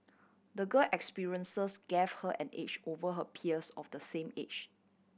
the girl experiences gave her an edge over her peers of the same age